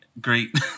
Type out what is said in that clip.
Great